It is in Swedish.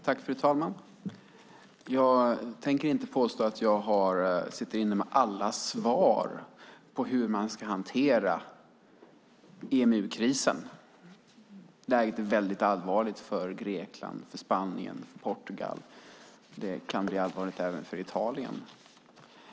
Fru talman! Jag tänker inte påstå att jag sitter inne med alla svar på hur man ska hantera EMU-krisen. Läget är allvarligt för Grekland, Spanien och Portugal. Det kan bli allvarligt även för Italien.